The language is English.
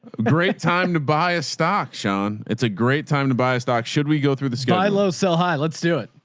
great time to buy a stock. sean. it's a great time to buy a stock. should we go through the sky? low, sell high. let's do it.